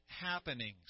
happenings